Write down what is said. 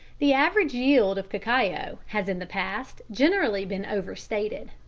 the average yield of cacao has in the past generally been over-stated.